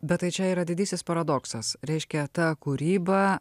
bet tai čia yra didysis paradoksas reiškia ta kūryba